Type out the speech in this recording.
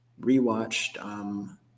rewatched